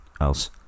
else